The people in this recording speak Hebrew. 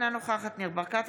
אינה נוכחת ניר ברקת,